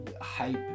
hype